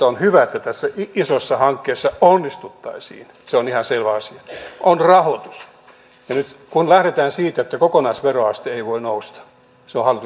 on hyvä että sen isossa hankkeessa keskityttävä tuottamaan osaamista jolla on rahoitus ja nyt kun lähdetään siitä että kokonaisveroaste ei käyttöä myös käytännössä